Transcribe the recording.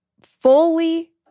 fully